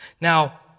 Now